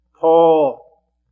Paul